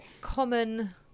common